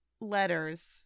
letters